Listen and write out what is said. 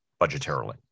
budgetarily